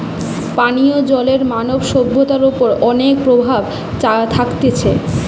পানীয় জলের মানব সভ্যতার ওপর অনেক প্রভাব থাকতিছে